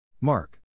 Mark